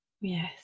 Yes